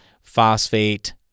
phosphate